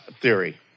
theory